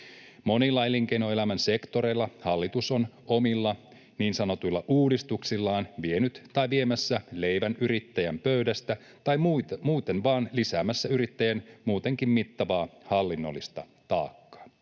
Monilla elinkeinoelämän sektoreilla hallitus on omilla niin sanotuilla uudistuksillaan vienyt tai viemässä leivän yrittäjän pöydästä tai muuten vain lisäämässä yrittäjien muutenkin mittavaa hallinnollista taakkaa.